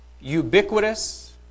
ubiquitous